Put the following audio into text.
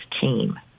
team